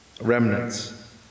remnants